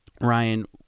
Ryan